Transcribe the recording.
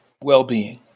well-being